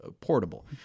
portable